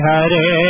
Hare